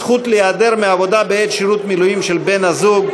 זכות להיעדר מעבודה בעת שירות מילואים של בן-הזוג),